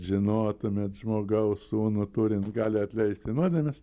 žinotumėt žmogaus sūnų turint galią atleisti nuodėmes